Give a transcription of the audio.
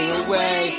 away